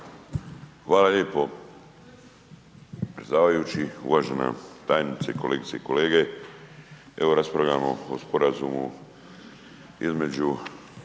Hvala lijepo predsjedavajući, uvažena tajnice, kolegice i kolege. Evo raspravljamo o sporazumu između